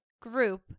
group